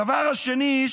הדבר השני,